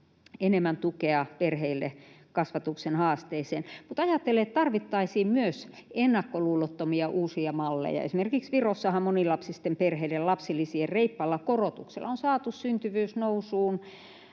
enemmän tukea perheille kasvatuksen haasteisiin, mutta ajattelen, että tarvittaisiin myös ennakkoluulottomia uusia malleja. Esimerkiksi Virossahan monilapsisten perheiden lapsilisien reippaalla korotuksella on saatu syntyvyys nousuun,